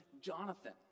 Jonathan